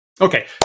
Okay